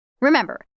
Remember